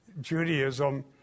Judaism